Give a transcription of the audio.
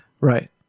Right